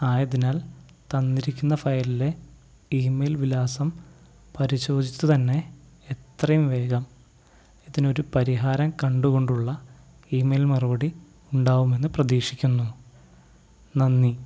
ആയതിനാൽ തന്നിരിക്കുന്ന ഫയലിലെ ഇ മെയിൽ വിലാസം പരിശോധിച്ച് തന്നെ എത്രയും വേഗം ഇതിനൊരു പരിഹാരം കണ്ടുകൊണ്ടുള്ള ഇ മെയിൽ മറുപടി ഉണ്ടാവുമെന്നു പ്രതീക്ഷിക്കുന്നു നന്ദി